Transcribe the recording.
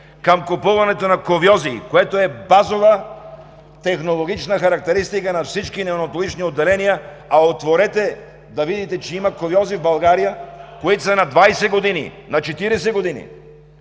към купуването на кувьози, което е базова технологична характеристика на всички неонатологични отделения. Отворете да видите, че в България има кувьози, които са на 20 години, на 40 години!